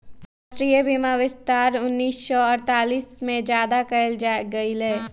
राष्ट्रीय बीमा विस्तार उन्नीस सौ अडतालीस में ज्यादा कइल गई लय